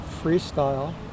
freestyle